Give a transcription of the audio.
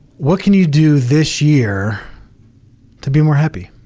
what can you do this year to be more happy?